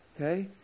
okay